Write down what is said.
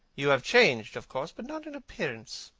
you have changed, of course, but not in appearance.